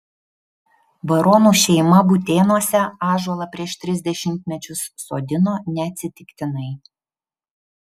baronų šeima butėnuose ąžuolą prieš tris dešimtmečius sodino neatsitiktinai